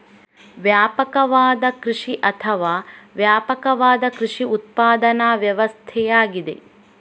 ವ್ಯಾಪಕವಾದ ಕೃಷಿ ಅಥವಾ ವ್ಯಾಪಕವಾದ ಕೃಷಿ ಉತ್ಪಾದನಾ ವ್ಯವಸ್ಥೆಯಾಗಿದೆ